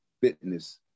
fitness